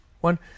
one